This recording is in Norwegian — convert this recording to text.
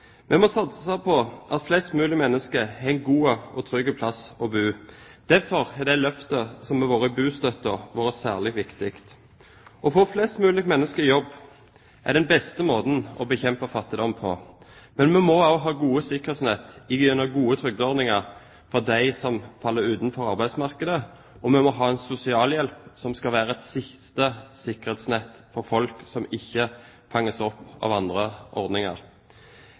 Vi må satse på at flest mulig mennesker har en god og trygg plass å bo. Derfor har det løftet som har vært i bostøtten, vært særlig viktig. Å få flest mulig mennesker i jobb er den beste måten å bekjempe fattigdom på. Men vi må også ha gode sikkerhetsnett gjennom gode trygdeordninger for dem som faller utenfor arbeidsmarkedet, og vi må ha en sosialhjelp som skal være et siste sikkerhetsnett for folk som ikke fanges opp av andre ordninger.